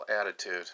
attitude